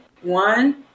one